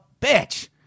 bitch